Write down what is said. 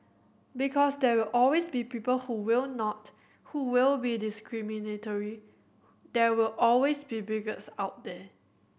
because there will always be people who will not who will be discriminatory there will always be bigots out there